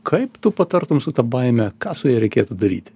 kaip tu patartum su ta baime ką su ja reikėtų daryti